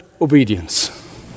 obedience